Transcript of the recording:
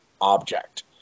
object